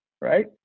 right